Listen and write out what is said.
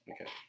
Okay